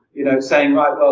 you know, saying right, well,